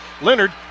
Leonard